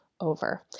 over